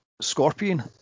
Scorpion